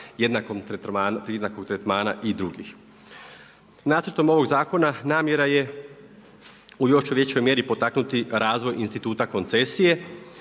jednakog tretmana i drugih. Nacrtom ovog zakona namjera je u još većoj mjeri potaknuti razvoj instituta koncesije